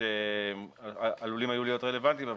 שהיו יכולים להיות רלוונטיים,